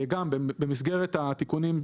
במסגרת התיקונים,